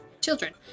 children